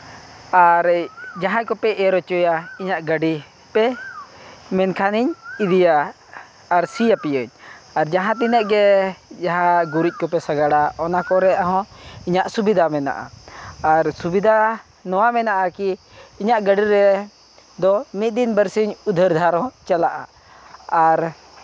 ᱟᱨ ᱡᱟᱦᱟᱸᱭ ᱠᱚᱯᱮ ᱮᱨ ᱦᱚᱪᱚᱭᱟ ᱤᱧᱟᱹᱜ ᱜᱟᱹᱰᱤ ᱯᱮ ᱢᱮᱱᱠᱷᱟᱱᱤᱧ ᱤᱫᱤᱭᱟ ᱟᱨ ᱥᱤ ᱟᱯᱮᱭᱟᱹᱧ ᱟᱨ ᱡᱟᱦᱟᱸ ᱛᱤᱱᱟᱹᱜ ᱜᱮ ᱡᱟᱦᱟᱸ ᱜᱩᱨᱤᱡ ᱠᱚᱯᱮ ᱥᱟᱸᱜᱟᱲᱟ ᱚᱱᱟ ᱠᱚᱨᱮᱜ ᱦᱚᱸ ᱤᱧᱟᱹᱜ ᱥᱩᱵᱤᱫᱷᱟ ᱢᱮᱱᱟᱜᱼᱟ ᱟᱨ ᱥᱩᱵᱤᱫᱷᱟ ᱱᱚᱣᱟ ᱢᱮᱱᱟᱜᱼᱟ ᱠᱤ ᱤᱧᱟᱹᱜ ᱜᱟᱹᱰᱤ ᱨᱮ ᱫᱚ ᱢᱤᱫ ᱫᱤᱱ ᱵᱟᱨ ᱥᱤᱧ ᱩᱫᱷᱟᱹᱨ ᱫᱷᱟᱨ ᱦᱚᱸ ᱪᱟᱞᱟᱜᱼᱟ ᱟᱨ